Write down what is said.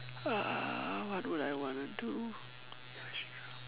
uh what would I want to do